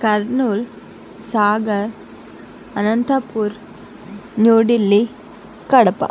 Kurnool Sagar Anantapur New Delhi Kadapa